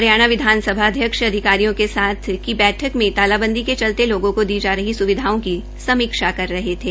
हरियाणा विधानसभा अध्यक्ष अधिकारियों के साथ की बैठक में तालाबंदी के चलते लोगों को दी जा रही स्विधाओं की समीक्षा कर रहे थे